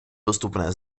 dostupné